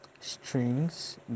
strings